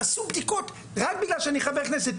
עשו בדיקות והגיעו רק בגלל שאני חבר כנסת,